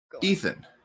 Ethan